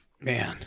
Man